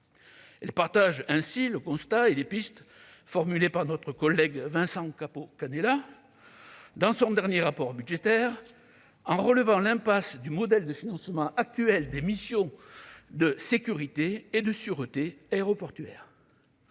Elle souscrit ainsi au constat et aux pistes formulées par notre collègue Vincent Capo-Canellas ... Excellent !... dans son dernier rapport budgétaire, en relevant l'impasse du modèle de financement actuel des missions de sécurité et de sûreté aéroportuaires.